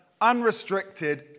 unrestricted